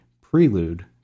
prelude